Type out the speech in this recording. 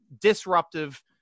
disruptive